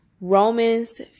Romans